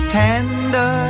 tender